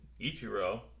Ichiro